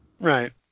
Right